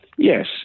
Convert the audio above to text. Yes